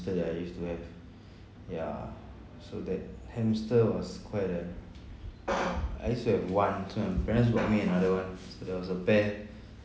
that I used to have ya so that hamster was quite a I used to have one so my parents bought me another one so there was a pair